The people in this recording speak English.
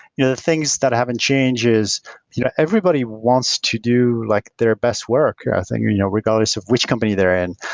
you know the things that haven't changed is you know everybody wants to do like their best work yeah you know regardless of which company they're in,